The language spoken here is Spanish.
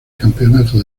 campeonato